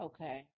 Okay